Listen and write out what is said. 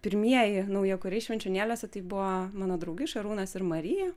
pirmieji naujakuriai švenčionėliuose tai buvo mano draugai šarūnas ir marija